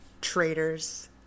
Traitors